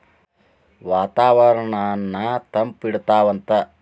ವಾತಾವರಣನ್ನ ತಂಪ ಇಡತಾವಂತ